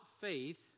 faith